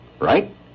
Right